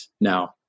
now